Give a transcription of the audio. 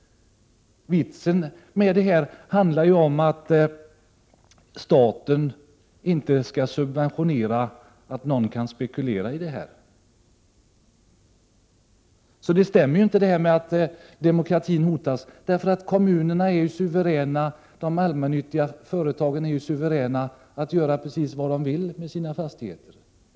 Vitsen är ju att staten inte skall subventionera någon att kunna spekulera. Detta med att demokratin skulle hotas stämmer alltså inte, eftersom kommunerna och de allmännyttiga företagen ju är suveräna att göra precis vad de vill med sina fastigheter.